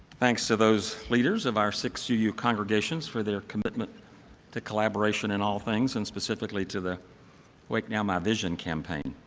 thanks to those leaders of our six uu congregations for their commitment to collaboration in all things, and specifically to the wake now my vision campaign.